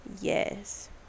Yes